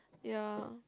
ya